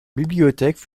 bibliothèque